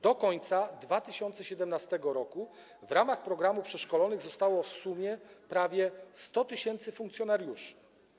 Do końca 2017 r. w ramach programu przeszkolonych zostało w sumie prawie 100 tys. funkcjonariuszy.